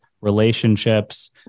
relationships